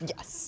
Yes